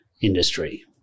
industry